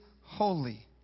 holy